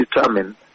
determine